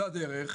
זו הדרך.